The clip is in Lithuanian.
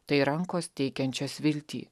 tai rankos teikiančios viltį